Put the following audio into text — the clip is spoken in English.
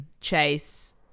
chase